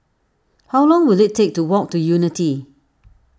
how long will it take to walk to Unity